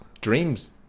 Dreams